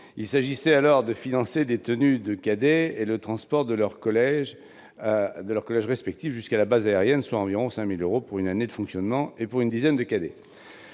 Il s'agissait alors de financer les tenues des cadets et le transport de leurs collèges respectifs jusqu'à la base aérienne, ce qui représentait une somme d'environ 5 000 euros pour une année de fonctionnement et une quinzaine de cadets.